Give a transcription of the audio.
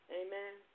amen